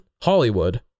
Hollywood